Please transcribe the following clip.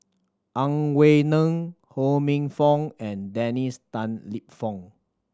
Ang Wei Neng Ho Minfong and Dennis Tan Lip Fong